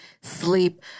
sleep